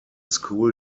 school